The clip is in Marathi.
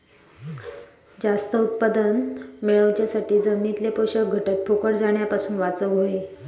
जास्त उत्पादन मेळवच्यासाठी जमिनीतले पोषक घटक फुकट जाण्यापासून वाचवक होये